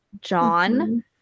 John